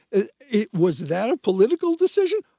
it it was that a political decision?